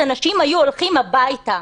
אנשים היו הולכים הביתה.